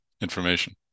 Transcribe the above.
information